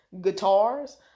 guitars